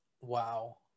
Wow